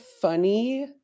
funny